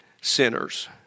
sinners